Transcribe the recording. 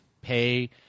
pay